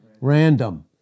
Random